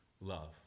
love